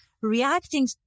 reacting